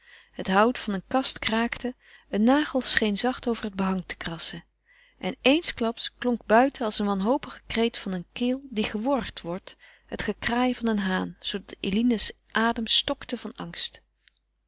het hout van een kast kraakte een nagel scheen zacht over het behang te krassen en eensklaps klonk buiten als een wanhopige kreet van eene keel die geworgd wordt het gekraai van een haan zoodat eline's adem stokte van angst